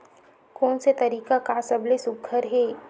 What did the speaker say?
कोन से तरीका का सबले सुघ्घर हे?